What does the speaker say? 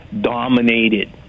dominated